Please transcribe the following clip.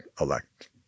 elect